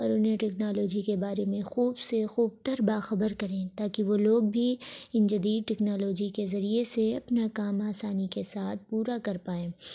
اور انہیں ٹیکنالوجی کے بارے میں خوب سے خوب تر باخبر کریں تاکہ وہ لوگ بھی ان جدید ٹیکنالوجی کے ذریعے سے اپنا کام آسانی کے ساتھ پورا کر پائیں